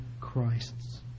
Christ's